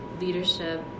leadership